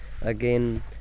again